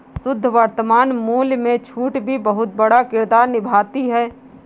शुद्ध वर्तमान मूल्य में छूट भी बहुत बड़ा किरदार निभाती है